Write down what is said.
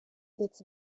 its